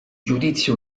giudizio